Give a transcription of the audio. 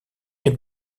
est